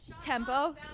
tempo